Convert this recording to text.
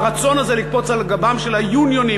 והרצון הזה לקפוץ על גבם של ה"יוּניוֹנים",